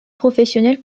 professionnelle